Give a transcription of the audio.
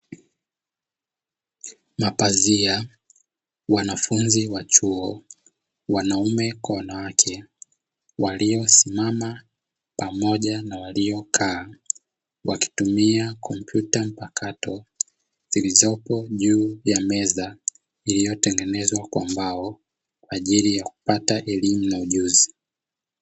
Mapazia, wanafunzi wa chuo, wanaume kwa wanawake, waliosimama pamoja na waliokaa wakitumia kompyuta mpakato zilizoko juu ya meza iliyotengenezwa kwa mbao kwaajili ya kupata elimu na ujuzi.